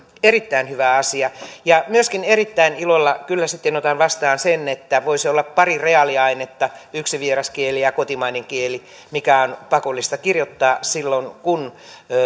erittäin hyvä asia erittäin ilolla kyllä sitten otan vastaan myöskin sen että voisi olla pari reaaliainetta yksi vieras kieli ja ja kotimainen kieli mitkä on pakollista kirjoittaa silloin kun